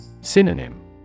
Synonym